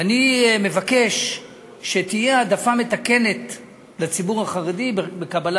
ואני מבקש שתהיה העדפה מתקנת לציבור החרדי בקבלה